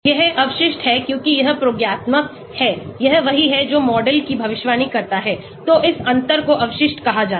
यह अवशिष्ट है क्योंकि यह प्रयोगात्मक है यह वही है जो मॉडल की भविष्यवाणी करता है तो इस अंतर को अवशिष्ट कहा जाता है